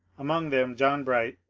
among them john bright,